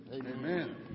Amen